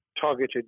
targeted